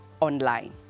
online